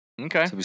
Okay